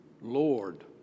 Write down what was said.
lord